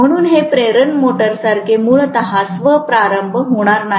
म्हणून हे प्रेरण मोटरसारखे मूळतः स्व प्रारंभ होणार नाही